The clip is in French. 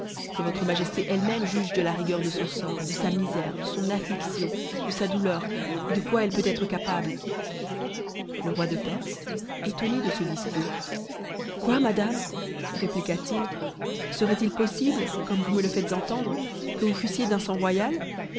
que votre jesté elle-même juge de la rigueur de son sort de sa misère de son af fliction de sa douleur et de quoi elle peut être capable o u le roi de perse étonné de ce discours quoi madame rëntiqn il serait i possible comme vous me le faites entendre que vous fussicy d'un sang royal